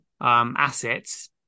assets